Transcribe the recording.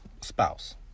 Spouse